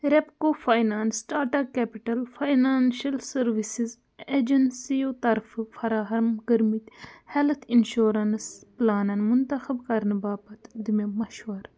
Repco Finance Tata Capital Financial Services ایجنسیَو طرفہٕ فراہم کٔرۍمٕتۍ ہیٚلتھ انشورنس پلانَن منتخب کَرنہٕ باپتھ دِ مےٚ مشوَرٕ